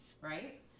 right